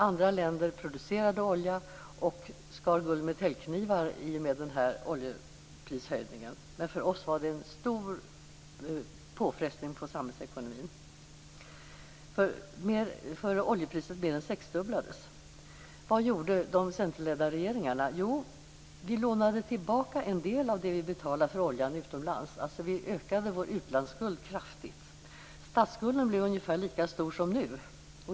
Andra länder producerade olja och skar guld med täljknivar i och med oljeprishöjningen, men för oss var det en stor påfrestning på samhällsekonomin. Oljepriset mer än sexdubblades. Vad gjorde de centerledda regeringarna? Vi lånade tillbaka en del av det vi betalat för oljan utomlands, dvs. vi ökade vår utlandsskuld kraftigt. Statsskulden blev ungefär lika stor som nu.